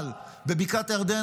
אבל בבקעת הירדן,